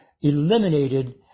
eliminated